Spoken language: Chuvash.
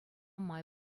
май